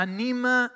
Anima